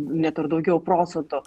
net ir daugiau procentų